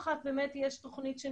יש תוכנית,